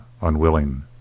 unwilling